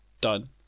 Done